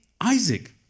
Isaac